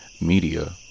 Media